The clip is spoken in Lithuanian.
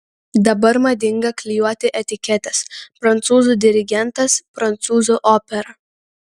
dabar madinga klijuoti etiketes prancūzų dirigentas prancūzų opera